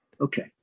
Okay